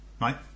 Right